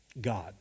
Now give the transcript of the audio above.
God